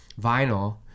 vinyl